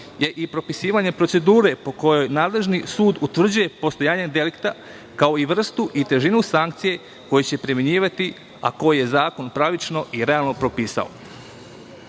je i propisivanje procedure po kojoj nadležni sud utvrđuje postojanje delikta, kao i vrstu i težinu sankcije koju će primenjivati, a koju je zakon pravično i realno propisao.